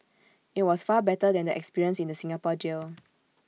IT was far better than the experience in the Singapore jail